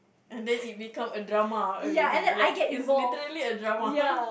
and then it become a drama already like it's literally a drama